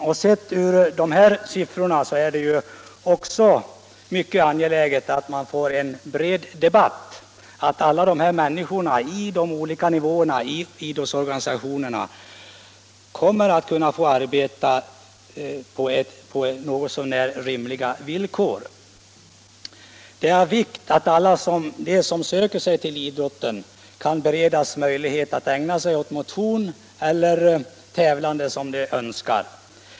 Mot bakgrund av denna siffra är det mycket angeläget att få till stånd en bred debatt om hur alla dessa människor på olika nivåer i idrottsorganisationerna skall kunna arbeta på något så när rimliga villkor. Det är av vikt att alla som söker sig till idrottsrörelsen kan beredas möjlighet att ägna sig åt den motion eller det tävlande som de önskar.